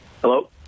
Hello